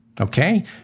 okay